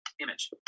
Image